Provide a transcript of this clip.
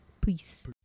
Peace